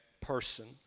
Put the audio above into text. person